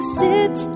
sit